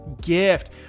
gift